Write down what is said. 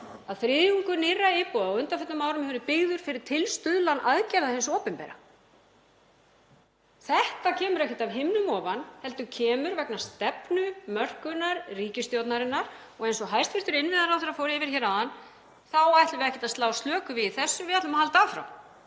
að þriðjungur nýrra íbúða á undanförnum árum hefur verið byggður fyrir tilstuðlan aðgerða hins opinbera. Þetta kemur ekkert af himnum ofan heldur vegna stefnumörkunar ríkisstjórnarinnar og eins og hæstv. innviðaráðherra fór yfir hérna áðan þá ætlum við ekkert að slá slöku við í þessu. Við ætlum að halda áfram.